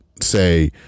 say